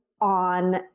on